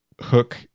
Hook